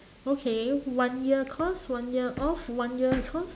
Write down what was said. okay one year cos one year off one year cos